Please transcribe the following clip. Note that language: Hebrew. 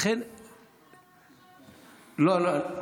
לכן, לא, לא.